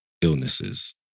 illnesses